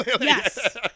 Yes